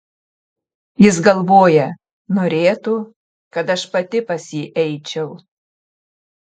jis galvoja norėtų kad aš pati pas jį eičiau